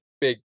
big